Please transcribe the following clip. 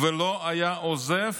ולא היה עוזב